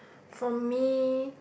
for me